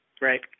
right